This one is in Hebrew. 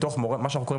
מתוך מה שאנחנו קוראים,